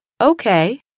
okay